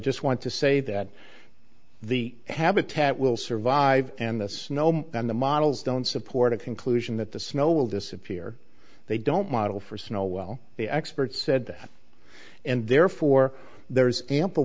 just want to say that the habitat will survive and the snow and the models don't support a conclusion that the snow will disappear they don't model for snow well the experts said that and therefore there is ample